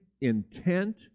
intent